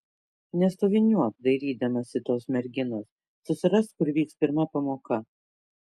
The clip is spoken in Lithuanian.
nestoviniuok dairydamasi tos merginos susirask kur vyks pirma pamoka